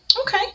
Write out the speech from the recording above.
okay